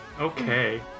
Okay